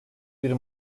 bir